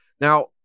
Now